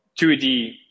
2D